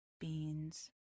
Beans